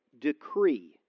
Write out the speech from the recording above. decree